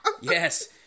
Yes